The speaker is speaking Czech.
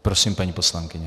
Prosím, paní poslankyně.